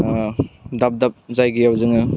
दाब दाब जायगायाव जोङो